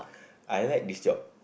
I like this job